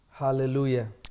Hallelujah